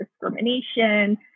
discrimination